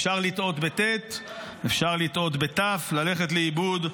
אפשר לטעות בט', אפשר לטעות בת', ללכת לאיבוד.